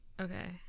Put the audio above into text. Okay